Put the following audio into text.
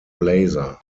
blazer